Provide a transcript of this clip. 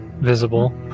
visible